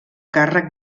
càrrec